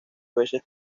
veces